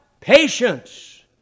Patience